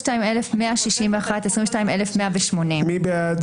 22,181 עד 22,200. מי בעד?